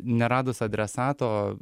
neradus adresato